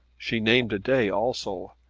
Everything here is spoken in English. she named a day also,